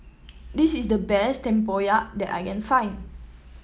this is the best Tempoyak that I can find